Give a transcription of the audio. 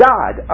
God